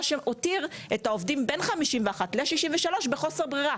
מה שהותיר את העובדים בין 51 ל-63 חודשים בחוסר ברירה: